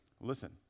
Listen